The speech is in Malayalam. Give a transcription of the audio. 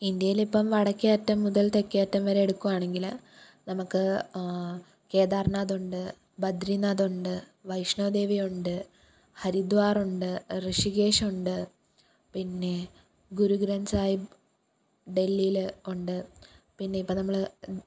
ഇന്ത്യയിലിപ്പം വടക്കേ അറ്റം മുതൽ തെക്കേയറ്റം വരെ എടുക്കുവാണെങ്കിൽ നമുക്ക് കേദാർനാഥ് ഉണ്ട് ബദ്രിനാഥ് ഉണ്ട് വൈഷ്ണോ ദേവിയുണ്ട് ഹരിദ്വാറുണ്ട് ഋഷികേശുണ്ട് പിന്നെ ഗുരു ഗ്രന്ഥ് സാഹിബ് ഡൽഹിയിൽ ഉണ്ട് പിന്നെ ഇപ്പം നമ്മൾ